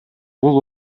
бул